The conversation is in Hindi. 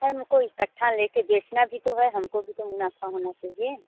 हमको इकट्ठा ले कर बेचना भी तो है हमको भी तो मुनाफा होना चाहिए